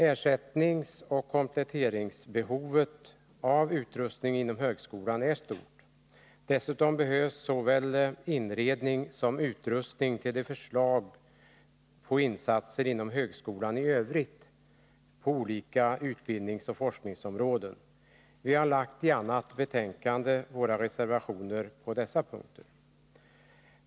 Ersättningsoch kompletteringsbehovet för utrustning inom högskolan är stort. Dessutom behövs det såvälinredning som utrustning enligt förslagen till satsningar inom högskolan i övrigt på olika utbildningsoch forskningsområden. Vi har i ett annat betänkande lagt fram våra reservationer på dessa punkter.